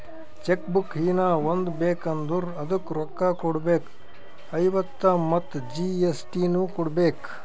check book ಹೀನಾ ಒಂದ್ ಬೇಕ್ ಅಂದುರ್ ಅದುಕ್ಕ ರೋಕ್ಕ ಕೊಡ್ಬೇಕ್ ಐವತ್ತ ಮತ್ ಜಿ.ಎಸ್.ಟಿ ನು ಕೊಡ್ಬೇಕ್